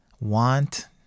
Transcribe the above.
want